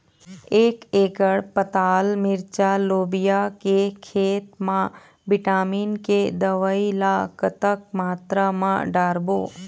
एक एकड़ पताल मिरचा लोबिया के खेत मा विटामिन के दवई ला कतक मात्रा म डारबो?